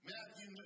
Matthew